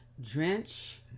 Drench